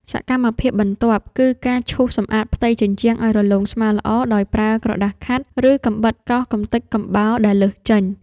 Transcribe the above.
សកម្មភាពបន្ទាប់គឺការឈូសសម្អាតផ្ទៃជញ្ជាំងឱ្យរលោងស្មើល្អ ដោយប្រើក្រដាសខាត់ ឬកាំបិតកោសកម្ទេចកំបោរដែលលើសចេញ។